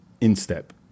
instep